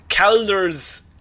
Calder's